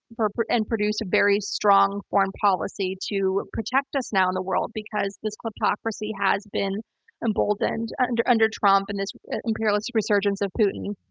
and produce a very strong foreign policy to protect us now in the world, because this kleptocracy has been emboldened under under trump and this imperialistic resurgence of putin.